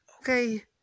okay